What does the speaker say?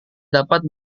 dapat